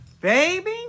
baby